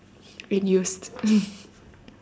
and used